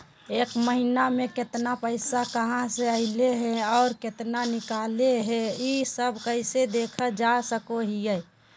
एक महीना में केतना पैसा कहा से अयले है और केतना निकले हैं, ई सब कैसे देख जान सको हियय?